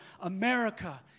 America